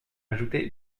ajouté